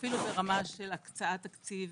אפילו ברמה של הקצאת תקציב